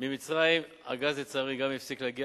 ממצרים, הגז, לצערי, גם הפסיק להגיע